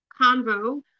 convo